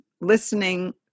listening